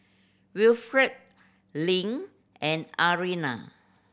Wilfrid Lynn and Ariana